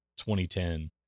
2010